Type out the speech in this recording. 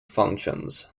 functions